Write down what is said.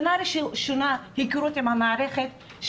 שנה ראשונה היכרות עם המערכת,